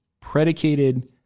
predicated